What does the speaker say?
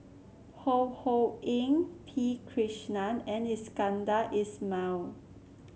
Ho Ho Ying P Krishnan and Iskandar Ismail